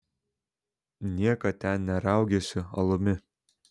niekad ten neriaugėsiu alumi